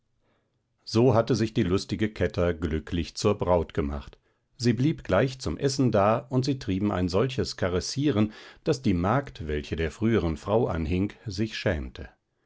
so hatte sich die lustige kätter glücklich zur braut gemacht sie blieb gleich zum essen da und sie trieben ein solches karessieren daß die magd welche der früheren frau anhing sich schämte